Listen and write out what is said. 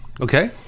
Okay